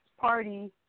Party